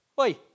Oi